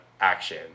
action